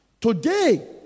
Today